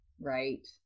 Right